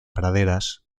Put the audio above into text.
praderas